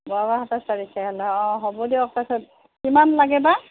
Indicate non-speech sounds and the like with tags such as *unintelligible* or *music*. বহাগৰ সাতাইছ তাৰিখে *unintelligible* অঁ হ'ব দিয়ক তাৰ পিছত কিমান লাগে বা